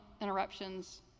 interruptions